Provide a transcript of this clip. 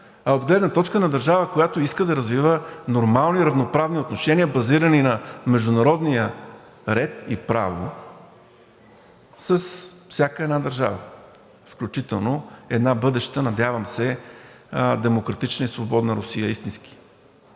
а от гледна точка на държава, която иска да развива нормални, равноправни отношения, базирани на международния ред и право, с всяка една държава, включително една бъдеща, надявам се, демократична и свободна Русия, истински.